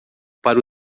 para